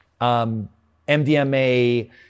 MDMA